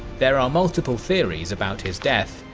there are multiple theories about his death,